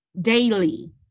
Daily